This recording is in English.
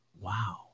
Wow